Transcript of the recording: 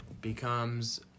Becomes